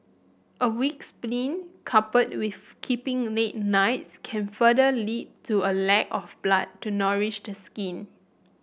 a weak spleen coupled with keeping late nights can further lead to a lack of blood to nourish the skin